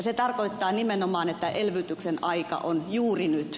se tarkoittaa nimenomaan että elvytyksen aika on juuri nyt